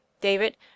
David